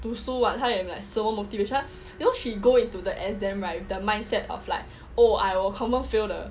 读书 [what] 他没有是那么 motivation you know she go into the exam right with the mindset of like oh I will confirm fail 的